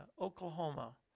Oklahoma